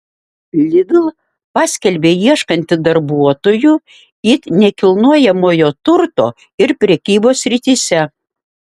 lidl paskelbė ieškanti darbuotojų it nekilnojamojo turto ir prekybos srityse